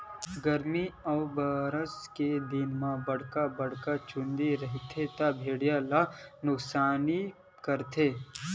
गरमी अउ बरसा के दिन म बड़का बड़का चूंदी रइही त भेड़िया ल नुकसानी करथे